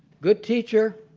good teacher,